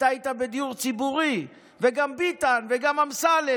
אתה היית בדיור ציבורי וגם ביטן וגם אמסלם